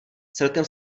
celkem